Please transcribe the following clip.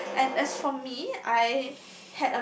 yes and as for me I